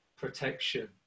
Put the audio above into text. protection